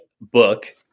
book